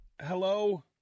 Hello